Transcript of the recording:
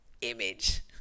image